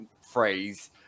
phrase